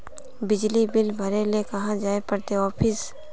बिजली बिल भरे ले कहाँ जाय पड़ते ऑफिस?